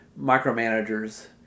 micromanagers